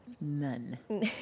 none